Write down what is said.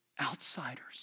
outsiders